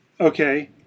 okay